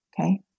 Okay